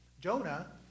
Jonah